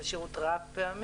אלא שירות רב-פעמי.